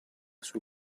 sul